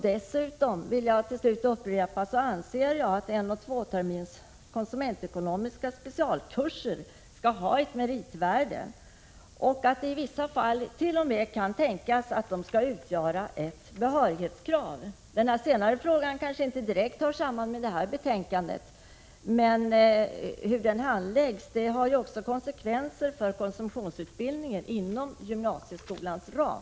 Dessutom vill jag till slut upprepa att jag anser att enoch tvåterminskurser med konsumentekonomisk specialinriktning skall ha ett meritvärde. Det kan t.o.m. tänkas att det i vissa fall bör ställas upp som behörighetskrav att sådan kurs skall ha genomgåtts. Den sista frågan har kanske inte direkt samband med de frågor som behandlas i detta betänkande, men dess handläggning har konsekvenser för konsumtionsutbildningen inom gymnasieskolans ram.